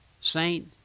Saint